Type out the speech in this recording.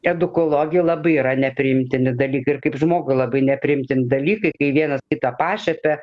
edukologei labai yra nepriimtini dalykai ir kaip žmogui labai nepriimtini dalykai kai vienas kitą pašiepia